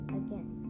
again